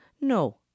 No